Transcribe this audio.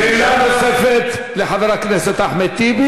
שאלה נוספת לחבר הכנסת אחמד טיבי.